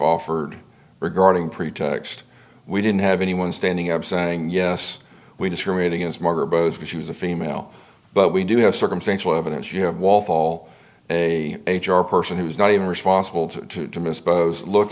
offered regarding pretext we didn't have anyone standing up saying yes we discriminate against murder both because she was a female but we do have circumstantial evidence you have wall fall a h r person who is not even responsible